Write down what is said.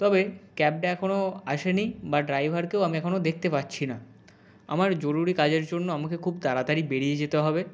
তবে ক্যাবটা এখনও আসেনি বা ড্রাইভারকেও আমি এখনও দেখতে পাচ্ছি না আমার জরুরি কাজের জন্য আমাকে খুব তাড়াতাড়ি বেরিয়ে যেতে হবে